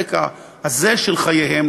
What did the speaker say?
בפרק הזה של חייהם,